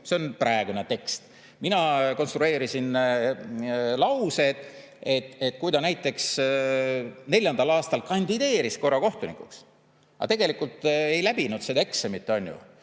See on praegune tekst. Mina konstrueerisin lause, et kui ta näiteks neljandal aastal kandideeris korra kohtunikuks, aga tegelikult ei läbinud seda eksamit, siis